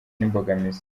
n’imbogamizi